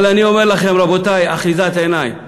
אבל אני אומר לכם, רבותי: אחיזת עיניים.